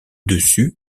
dessus